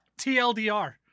TLDR